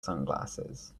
sunglasses